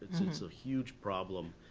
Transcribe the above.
it's a huge problem.